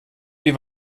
wie